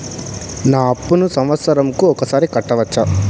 నా అప్పును సంవత్సరంకు ఒకసారి కట్టవచ్చా?